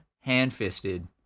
hand-fisted